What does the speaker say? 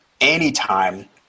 anytime